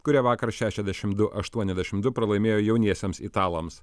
kurie vakar šešiasdešimt du aštuoniasdešimt du pralaimėjo jauniesiems italams